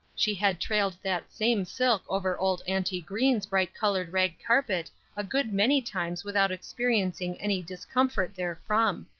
she had trailed that same silk over old auntie green's bright colored rag carpet a good many times without experiencing any discomfort therefrom.